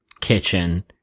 kitchen